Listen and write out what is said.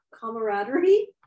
camaraderie